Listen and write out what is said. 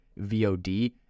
VOD